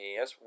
Yes